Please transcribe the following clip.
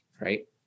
Right